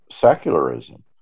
secularism